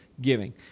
giving